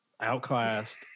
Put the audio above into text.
outclassed